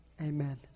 Amen